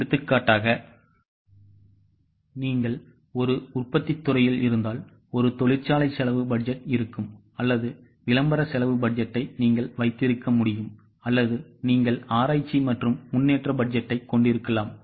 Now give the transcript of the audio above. எடுத்துக்காட்டாக நீங்கள் ஒரு உற்பத்தித் துறையில் இருந்தால் ஒரு தொழிற்சாலை செலவு பட்ஜெட் இருக்கும் அல்லது விளம்பர செலவு பட்ஜெட்டை நீங்கள் வைத்திருக்க முடியும் அல்லது நீங்கள் ஆராய்ச்சி மற்றும் முன்னேற்ற பட்ஜெட்டைக் கொண்டிருக்கலாம்